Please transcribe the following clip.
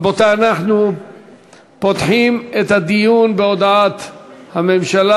רבותי, אנחנו פותחים את הדיון בהודעת הממשלה.